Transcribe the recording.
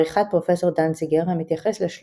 בעריכת פרופ' דנציגר המתייחס ל-361 בוגרות ובוגרים וכן תלמידים